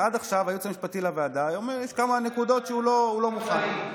עד עכשיו יש נקודות שהייעוץ המשפטי לוועדה לא מוכן להן.